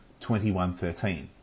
21.13